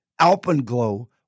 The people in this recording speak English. Alpenglow